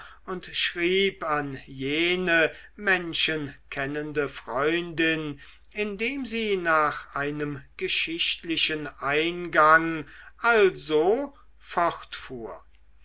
und schrieb an jene menschenkennende freundin indem sie nach einem geschichtlichen eingang also fortfuhr